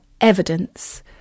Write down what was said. evidence